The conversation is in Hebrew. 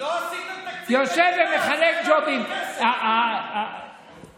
לא עשיתים תקציב מדינה, אז איך תעביר כסף?